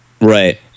Right